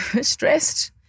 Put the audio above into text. stressed